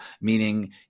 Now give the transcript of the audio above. meaning